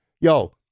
yo